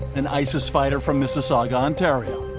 an isis fighter from mississauga, ontario.